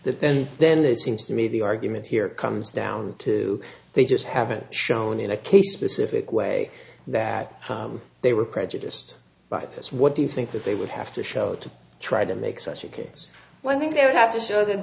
what the then it seems to me the argument here comes down to they just haven't shown in a case specific way that they were prejudiced but that's what do you think that they would have to show to try to make such a case well i think they would have to show that